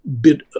bit